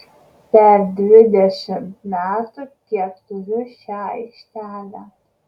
per dvidešimt metų kiek turiu šią aikštelę